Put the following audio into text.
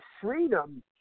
freedom